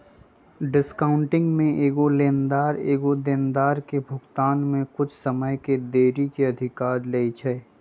discounting में एगो लेनदार एगो देनदार के भुगतान में कुछ समय के देरी के अधिकार लेइ छै